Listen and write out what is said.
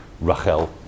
Rachel